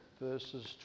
verses